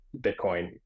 Bitcoin